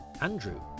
Andrew